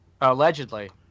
Allegedly